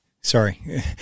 sorry